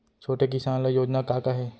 छोटे किसान ल योजना का का हे?